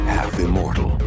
Half-immortal